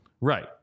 Right